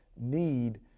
need